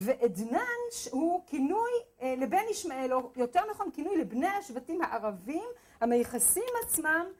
ועדנאנ, שהוא כינוי לבן ישמעאל, או יותר נכון כינוי לבני השבטים הערבים המייחסים עצמם